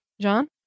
John